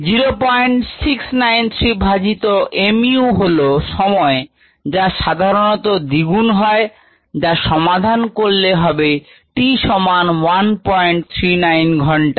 0693 ভাজিত mu হল সময় যা সাধারণত দ্বিগুণ হয় যা সমাধান করলে হবে t সমান 139 ঘন্টা